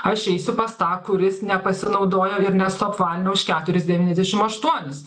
aš eisiu pas tą kuris nepasinaudojo ir nesuapvalinus už keturis devyniasdešim aštuonis